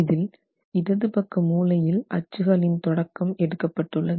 இதில் இடதுபக்க மூலையில் அச்சு களின் தொடக்கம் எடுக்கப்பட்டுள்ளது